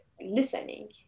listening